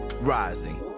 rising